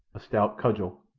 a stout cudgel,